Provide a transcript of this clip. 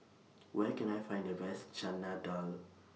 Where Can I Find The Best Chana Dal